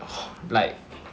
like